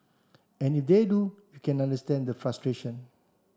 and if they do you can understand the frustration